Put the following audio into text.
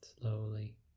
slowly